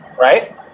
right